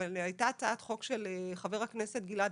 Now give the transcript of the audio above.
אבל הייתה הצעת חוק של חבר הכנסת גלעד